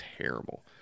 terrible